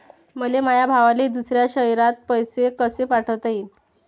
मले माया भावाले दुसऱ्या शयरात पैसे कसे पाठवता येईन?